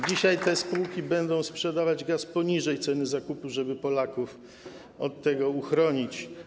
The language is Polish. Dzisiaj te spółki będą sprzedawać gaz poniżej ceny zakupu, żeby Polaków od tego uchronić.